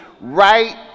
right